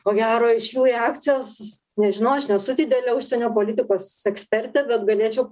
ko gero iš jų reakcijos nežinau aš nesu didelė užsienio politikos ekspertė bet galėčiau